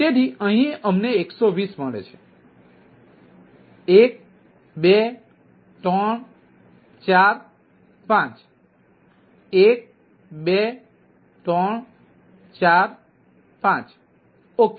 તેથી અહીં અમને 120 મળે છે 1 2 3 4 5 1 2 3 4 5 ઓકે